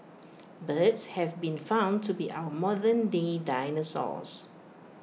birds have been found to be our modernday dinosaurs